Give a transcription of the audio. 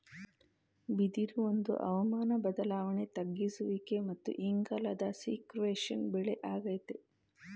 ಬಿದಿರು ಒಂದು ಹವಾಮಾನ ಬದ್ಲಾವಣೆ ತಗ್ಗಿಸುವಿಕೆ ಮತ್ತು ಇಂಗಾಲದ ಸೀಕ್ವೆಸ್ಟ್ರೇಶನ್ ಬೆಳೆ ಆಗೈತೆ